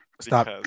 Stop